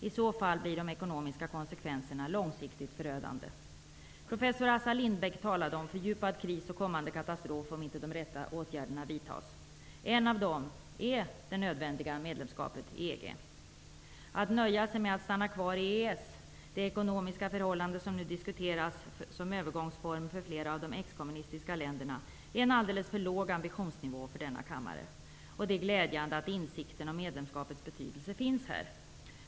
I så fall blir de ekonomiska konsekvenserna långsiktigt förödande. Professor Assar Lindbeck talade om fördjupad kris och kommande katastrofer om inte de rätta åtgärderna vidtas. En av dem är det nödvändiga medlemskapet i EG. Att nöja sig med att stanna kvar i EES, det ekonomiska förhållande som nu diskuteras som övergångsform för flera av de exkommunistiska länderna, är en alldeles för låg ambitionsnivå för denna kammare. Det är glädjade att insikten om medlemskapets betydelse finns här.